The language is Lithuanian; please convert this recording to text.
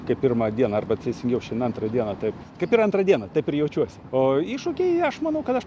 kaip pirmą dieną arba teisingiau šiandien antrą dieną tai kaip ir antrą dieną taip ir jaučiuosi o iššūkiai aš manau kad aš